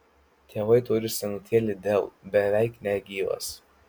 tėvai turi senutėlį dell beveik negyvas